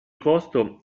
costo